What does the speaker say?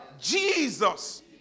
Jesus